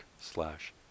slash